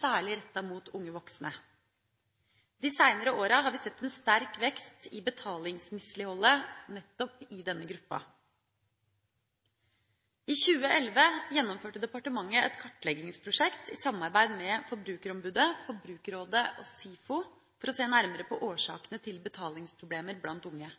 særlig rettet mot unge voksne. De seinere åra har vi sett en sterk vekst i betalingsmisligholdet nettopp i denne gruppa. I 2011 gjennomførte departementet et kartleggingsprosjekt i samarbeid med Forbrukerombudet, Forbrukerrådet og SIFO for å se nærmere på årsakene til betalingsproblemer blant unge.